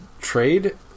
trade